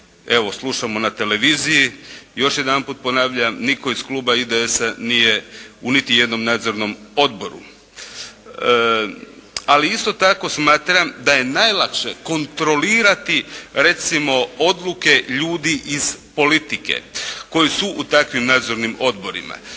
evo slušamo na televiziji. Još jedanput ponavljam, nitko iz kluba IDS-a nije u niti jednom nadzornom odboru. Ali isto tako smatram da je najlakše kontrolirati recimo odluke ljudi iz politike koji su u takvim nadzornim odborima.